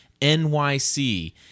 NYC